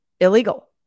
Illegal